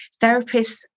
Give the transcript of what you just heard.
therapists